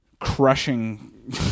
crushing